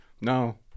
No